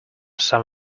some